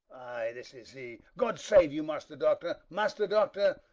ay, this is he god save you, master doctor, master doctor,